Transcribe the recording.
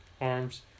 arms